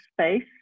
space